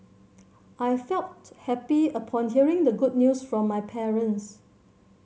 I felt happy upon hearing the good news from my parents